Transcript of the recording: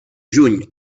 juny